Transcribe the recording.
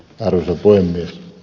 arvoisa puhemies